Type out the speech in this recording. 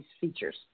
features